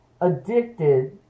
addicted